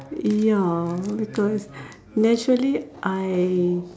ya because naturally I